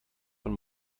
von